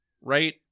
right